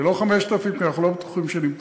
זה לא 5,000, כי אנחנו לא בטוחים שנמכור.